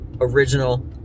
original